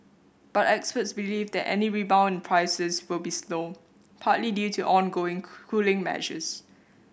but experts believe that any rebound in prices will be slow partly due to ongoing cool cooling measures